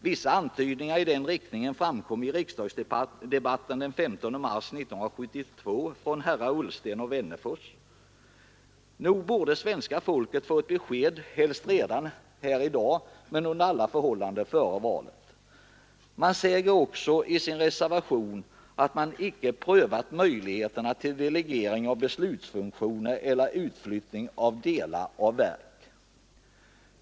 Vissa antydningar i den riktningen framkom i riksdagsdebatten den 15 mars 1972 från herrar Ullsten och Wennerfors. Nog borde svenska folket helst redan i dag få ett besked, men under alla förhållanden före valet. Man säger också i sin reservation att man inte prövat möjligheterna till delegering av beslutsfunktioner eller utflyttning av delar av verk.